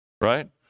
right